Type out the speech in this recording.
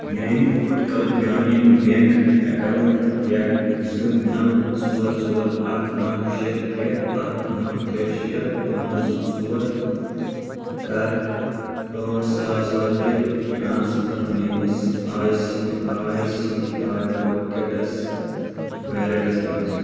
میانہِ اُٹکَل Grameen bank account پٮ۪ٹھٕ زٕ نَو ژور ژور اَکھ نَو شیے ترے اَکھ نَو ترے شیے پانژھ زٕ ژور کر آٹھ ساس رۄپیہِ ٹرانسفر میٲنِس I C I C I pockets wallets مَنٛز